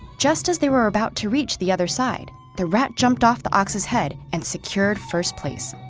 just as they were about to reach the other side, the rat jumped off the ox's head and secured first place.